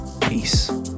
Peace